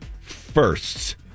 firsts